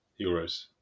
euros